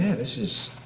yeah this is